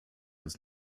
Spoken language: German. als